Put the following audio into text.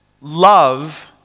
love